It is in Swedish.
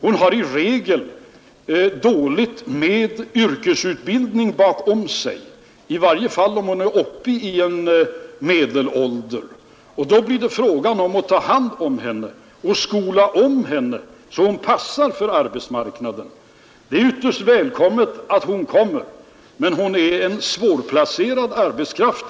Hon har i regel dåligt med yrkesutbildning bakom sig, i varje fall om hon är uppe i medelåldern. Då blir det fråga om att skola om henne, så att hon passar för arbetsmarknaden. Det är välkommet att hon kommer, men hon är en ganska svårplacerad arbetskraft.